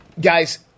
Guys